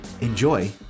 Enjoy